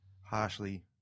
harshly